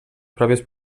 pròpies